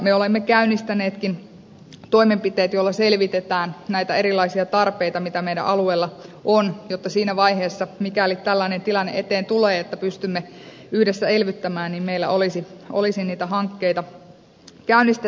me olemmekin käynnistäneet toimenpiteet joilla selvitetään näitä erilaisia tarpeita joita meidän alueellamme on jotta meillä siinä vaiheessa mikäli tällainen tilanne eteen tulee että pystymme yhdessä elvyttämään olisi hankkeita käynnistettävissä